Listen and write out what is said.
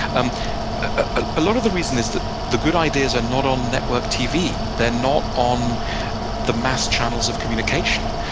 um ah a lot of the reason is that the good ideas are not on network tv. they're not on the mass channels of communication.